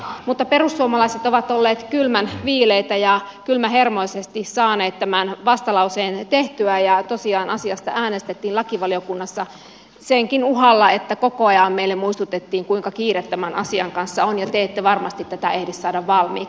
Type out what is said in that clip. mutta perussuomalaiset ovat olleet kylmän viileitä ja kylmähermoisesti saaneet tämän vastalauseen tehtyä ja tosiaan asiasta äänestettiin lakivaliokunnassa senkin uhalla että koko ajan meille muistutettiin kuinka kiire tämän asian kanssa on ja te ette varmasti tätä ehdi saada valmiiksi